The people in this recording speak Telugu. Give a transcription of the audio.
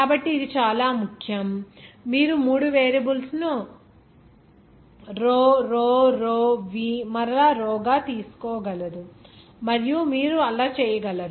కాబట్టి ఇది చాలా ముఖ్యం మీరు మూడు వేరియబుల్స్ ను రో రో రో వి మరల రో గా తీసుకోలేదు మరియు మీరు అలా చేయలేరు